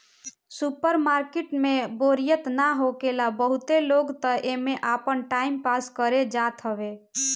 super market में बोरियत ना होखेला बहुते लोग तअ एमे आपन टाइम पास करे जात हवे